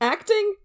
Acting